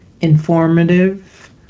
informative